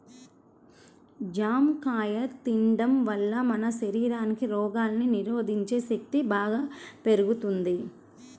జాంకాయ తిండం వల్ల మన శరీరానికి రోగాల్ని నిరోధించే శక్తి బాగా పెరుగుద్ది